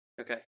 Okay